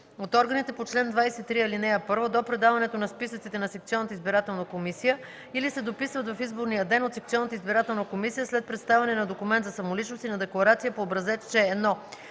от органите по чл. 23, ал. 1 до предаването на списъците на секционните избирателни комисии или се дописват в изборния ден - от секционната избирателна комисия, след представяне на документ за самоличност и на декларация по образец,